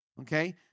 okay